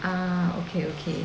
ah okay okay